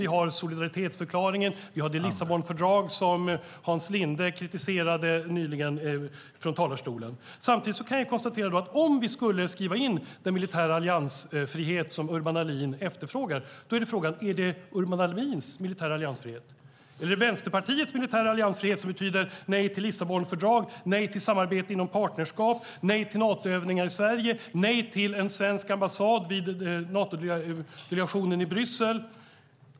Vi har solidaritetsförklaringen och vi har det Lissabonfördrag som Hans Linde nyligen kritiserade från talarstolen. Samtidigt kan jag konstatera att om vi skulle skriva in den militära alliansfrihet som Urban Ahlin efterfrågar är frågan om det är Urban Ahlins militära alliansfrihet som gäller. Eller är det Vänsterpartiets militära alliansfrihet, som betyder nej till Lissabonfördrag, nej till samarbete inom partnerskap, nej till Natoövningar i Sverige och nej till en svensk ambassad vid Natodelegationen i Bryssel?